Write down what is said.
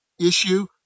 issue